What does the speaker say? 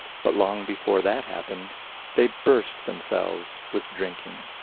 but long before that happened they burst themselves with drinking.